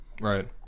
right